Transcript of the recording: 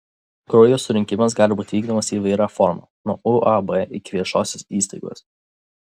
kraujo surinkimas gali būti vykdomas įvairia forma nuo uab iki viešosios įstaigos